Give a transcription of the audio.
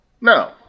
No